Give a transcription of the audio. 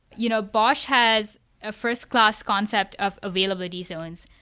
you know bosh has a first-class concept of availability zones.